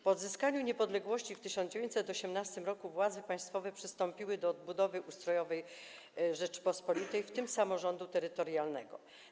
Po odzyskaniu niepodległości w 1918 r. władze państwowe przystąpiły do odbudowy ustrojowej Rzeczypospolitej, w tym samorządu terytorialnego.